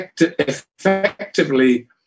effectively